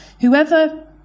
Whoever